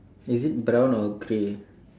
is it brown or grey